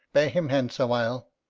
bear him hence awhile.